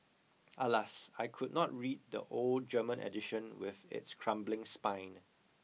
alas I could not read the old German edition with its crumbling spine